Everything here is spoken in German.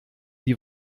die